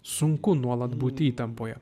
sunku nuolat būti įtampoje